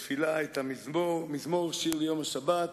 "מזמור שיר ליום השבת,